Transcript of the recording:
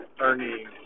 earning